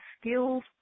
skills